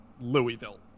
Louisville